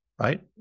right